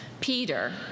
Peter